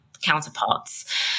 counterparts